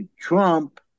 Trump